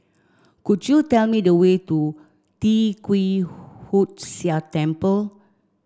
could you tell me the way to Tee Kwee Hood Sia Temple